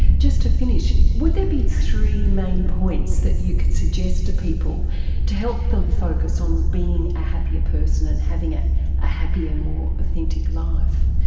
just to finish, would there be three main points that you could suggest to people to help them focus on being a happier person and having ah a happier, more authentic life?